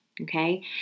okay